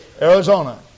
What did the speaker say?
Arizona